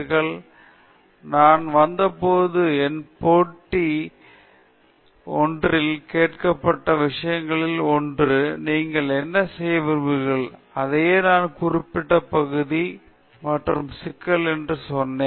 ஸ்வேதாம்புல் தாஸ் நான் இங்கு வந்தபோது என் பேட்டி ஒன்றில் கேட்கப்பட்ட விஷயங்களில் ஒன்று நீங்கள் என்ன செய்ய விரும்புகிறீர்களோ அதையே நான் குறிப்பிட்ட பகுதி மற்றும் சிக்கல் என்று சொன்னேன்